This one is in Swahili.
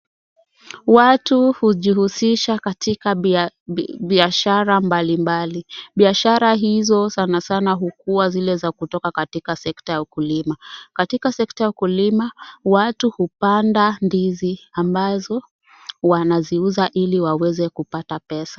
Watu hujuhusisha katika biashara mbalimbali. Biashara hizo sanasana hukuwa zile kutoka sekta ya ukulima. Katika sekta ya ukulima watu hupanda ndizi ambazo wanaziuza ili waweze kupata pesa.